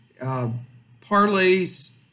parlays